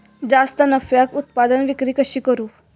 जास्त नफ्याक उत्पादन विक्री कशी करू?